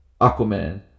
Aquaman